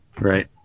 right